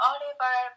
Oliver